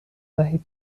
دهید